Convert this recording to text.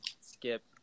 skip